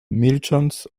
milcząc